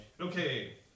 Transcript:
Okay